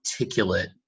articulate